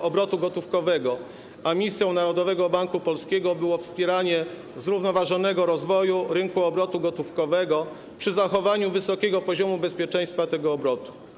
Obrotu Gotówkowego, a misją Narodowego Banku Polskiego było wspieranie zrównoważonego rozwoju rynku obrotu gotówkowego przy zachowaniu wysokiego poziomu bezpieczeństwa tego obrotu.